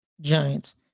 giants